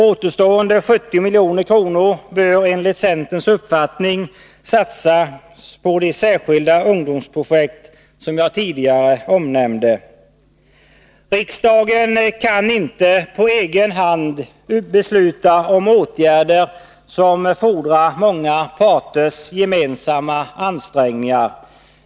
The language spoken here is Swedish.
Återstående 70 milj.kr. bör enligt centerns uppfattning satsas på de särskilda ungdomsprojekt som jag tidigare omnämnde. Riksdagen kan inte på egen hand besluta om åtgärder som fordrar många parters gemensamma ansträngningar.